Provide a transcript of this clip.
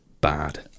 bad